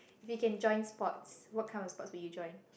we can join sports what kind of sports will you join